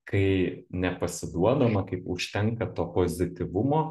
kai nepasiduodama kaip užtenka to pozityvumo